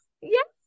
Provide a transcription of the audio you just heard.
yes